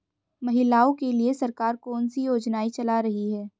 महिलाओं के लिए सरकार कौन सी योजनाएं चला रही है?